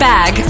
Bag